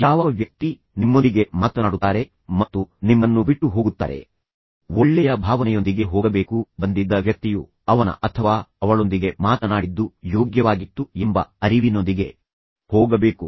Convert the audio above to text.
ಯಾವ ವ್ಯಕ್ತಿ ನಿಮ್ಮೊಂದಿಗೆ ಮಾತನಾಡುತ್ತಾರೆ ಮತ್ತು ನಿಮ್ಮನ್ನು ಬಿಟ್ಟು ಹೋಗುತ್ತಾರೆ ಒಳ್ಳೆಯ ಭಾವನೆಯೊಂದಿಗೆ ಹೋಗಬೇಕು ಬಂದಿದ್ದ ವ್ಯಕ್ತಿಯು ಅವನ ಅಥವಾ ಅವಳೊಂದಿಗೆ ಮಾತನಾಡಿದ್ದು ಯೋಗ್ಯವಾಗಿತ್ತು ಎಂಬ ಅರಿವಿನೊಂದಿಗೆ ಹೋಗಬೇಕು